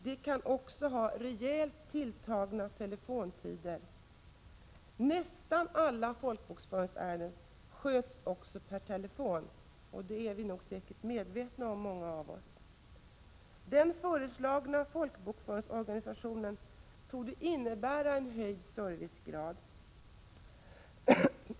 De kan också ha rejält tilltagna telefontider. Nästan alla folkbokföringsärenden sköts per telefon — det är säkert många av oss medvetna om. Den föreslagna folkbokföringsorganisationen torde innebära en höjd servicegrad.